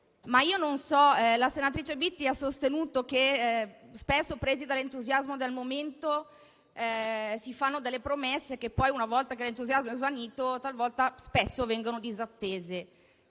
La senatrice Biti ha sostenuto che spesso, presi dall'entusiasmo del momento, si fanno delle promesse che poi, una volta che l'entusiasmo è svanito, vengono disattese.